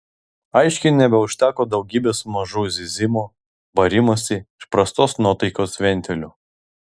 aiškiai nebeužteko daugybės mažų zyzimo barimosi ir prastos nuotaikos ventilių